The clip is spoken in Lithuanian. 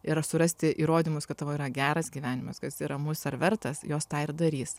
ir surasti įrodymus kad tavo yra geras gyvenimas kad jisai ramus ar vertas jos tą ir darys